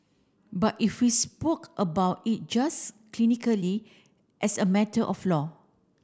but if we spoke about it just clinically as a matter of law